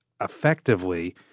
effectively